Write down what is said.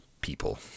people